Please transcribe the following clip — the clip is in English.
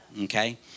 Okay